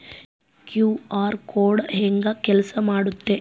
QR code ಹೆಂಗ ಕೆಲಸ ಮಾಡುತ್ತೆ?